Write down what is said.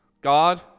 God